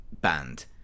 banned